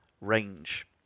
range